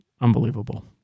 Unbelievable